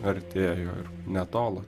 artėjo ir netolo